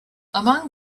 among